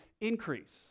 increase